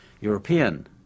European